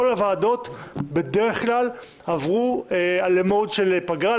כל הוועדות בדרך כלל עברו ל-mode של פגרה,